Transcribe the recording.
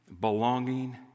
belonging